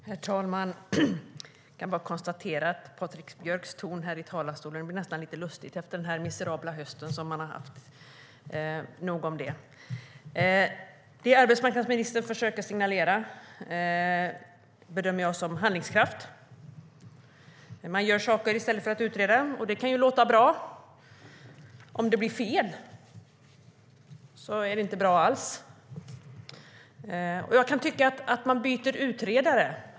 Herr talman! Jag konstaterar att det blir lite lustigt med Patrik Björcks ton i talarstolen efter den miserabla hösten. Nog om det. Arbetsmarknadsministern försöker signalera handlingskraft - göra saker i stället för att utreda. Det kan låta bra. Om det blir fel är det inte alls bra.